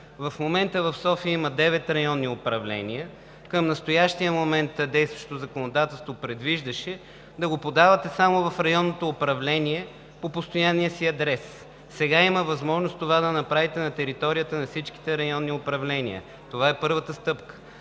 в момента в София има девет районни управления. Към настоящия момент действащото законодателство предвиждаше да подавате заявление само в районното управление по постоянния си адрес. Сега има възможност това да го направите на територията на всичките районни управления. Това е първата стъпка.